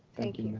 thank you you know